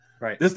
Right